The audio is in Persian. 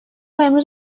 امروز